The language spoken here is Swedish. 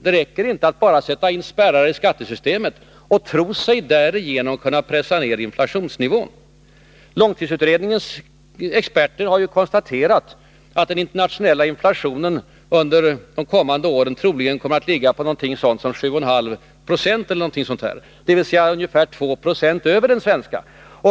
Det räcker inte att bara sätta in spärrar i skattesystemet och tro sig därigenom kunna pressa ner inflationsnivån. Långtidsutredningens experter har ju konstaterat att den internationella inflationen under de kommande åren troligen kommer att ligga på omkring 7,5 26, dvs. ungefär 2 enheter över den svenska.